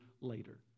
later